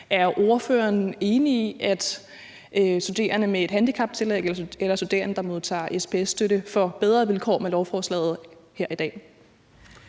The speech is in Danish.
Er ordføreren enig i, at studerende med et handicaptillæg eller studerende, der modtager SPS-støtte, får bedre vilkår med lovforslaget her i dag?